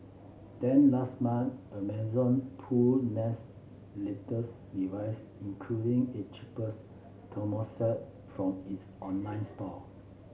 then last month Amazon pulled Nest's latest device including it cheapest thermostat from its online store